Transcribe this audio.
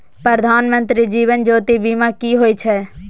प्रधानमंत्री जीवन ज्योती बीमा की होय छै?